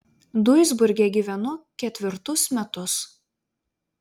duisburge gyvenu ketvirtus metus